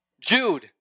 Jude